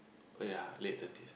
oh yea late thirties